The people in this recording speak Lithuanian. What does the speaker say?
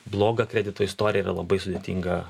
blogą kredito istoriją yra labai sudėtinga